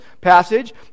passage